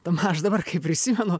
tam aš dabar kai prisimenu